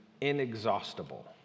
inexhaustible